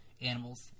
animals